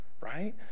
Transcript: right